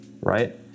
right